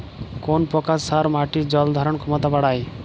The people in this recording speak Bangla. কোন প্রকার সার মাটির জল ধারণ ক্ষমতা বাড়ায়?